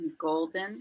golden